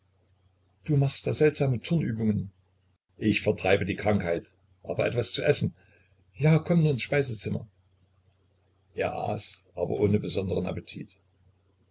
du machst da seltsame turnübungen ich vertreibe die krankheit aber etwas zu essen ja komm nur ins speisezimmer er aß etwas aber ohne besonderen appetit